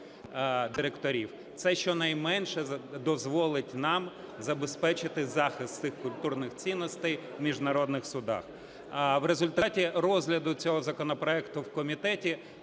Це щонайменше дозволить нам забезпечити захист цих культурних цінностей в міжнародних судах. В результаті розгляду цього законопроекту в комітеті